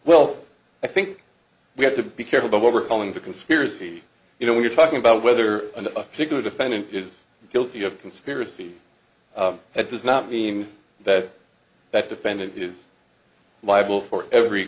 well i think we have to be careful that what we're calling the conspiracy you know we're talking about whether a particular defendant is guilty of conspiracy that does not mean that that defendant is liable for every